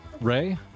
ray